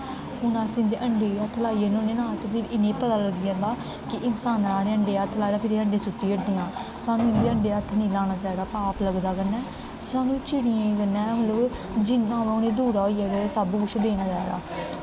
हून अस इं'दे अंडे गी हत्थ लाई ओड़ने होन्ने ना ते फिर इ'नेंगी पता लग्गी जंदा कि इंसानै इनें अंडें गी हत्थ लाए दा फिर एह् अंडे सुट्टी ओड़दियां सानूं इं'दे अंडें गी हत्थ निं लाना चाहिदा पाप लगदा कन्नै सानूं चिड़ियें कन्नै मतलब जिन्ना उ'नेंगी दूर होई जावै ते सब कुछ देना चाहिदा